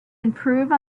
improve